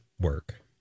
work